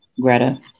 greta